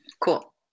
Cool